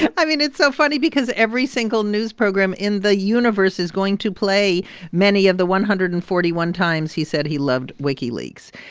i mean, it's so funny because every single news program in the universe is going to play many of the one hundred and forty one times he said he loved wikileaks.